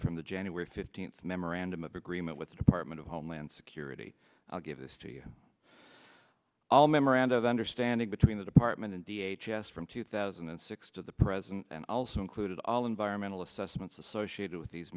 from the january fifteenth memorandum of agreement with the department of homeland security i'll give this to you all memoranda of understanding between the department and v h s from two thousand and six to the present and also included all environmental assessments associated with these